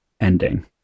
ending